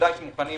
ודאי שמוכנים